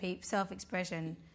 self-expression